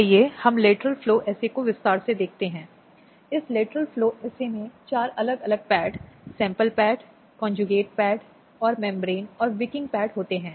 इसलिए ये संरक्षण अधिकारी मित्र हैं जो घरेलू हिंसा की स्थिति से निपटने के लिए महिलाओं को आवश्यक मदद और सहायता प्रदान करते हैं